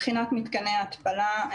מבחינת מתקני התפלה,